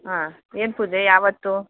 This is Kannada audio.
ಹಾಂ ಏನು ಪೂಜೆ ಯಾವತ್ತು